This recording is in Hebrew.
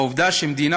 העובדה שמדינה,